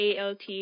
ALT